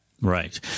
right